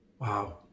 Wow